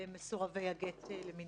למסורבי הגט למיניהם.